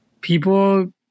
people